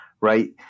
right